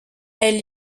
elle